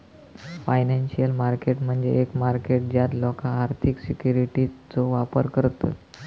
financial market म्हणजे एक market ज्यात लोका आर्थिक सिक्युरिटीजचो व्यापार करतत